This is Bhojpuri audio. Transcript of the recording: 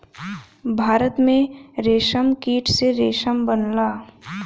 भारत में रेशमकीट से रेशम बनला